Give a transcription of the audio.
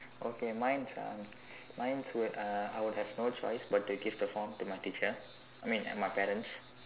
okay mine's uh mine's would uh I would have no choice but to give the form to my teacher I mean and my parents